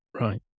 Right